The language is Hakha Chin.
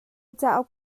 cauk